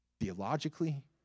theologically